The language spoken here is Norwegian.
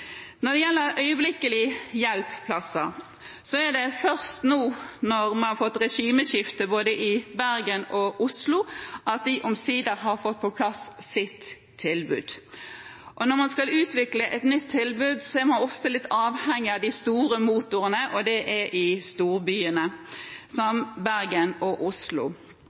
Når det gjelder øyeblikkelig hjelp-plasser, er det først nå når vi har fått et regimeskifte både i Bergen og i Oslo, at de omsider har fått på plass sitt tilbud. Når man skal utvikle et nytt tilbud, er man ofte litt avhengig av de store motorene, og de er i storbyene som Bergen og Oslo.